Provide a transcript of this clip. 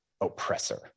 oppressor